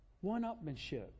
one-upmanship